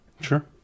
Sure